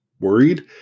worried